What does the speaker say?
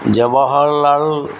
Jawahar Lal